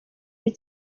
b’i